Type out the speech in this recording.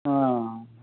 हां